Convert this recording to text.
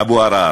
אבו עראר,